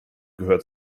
gehört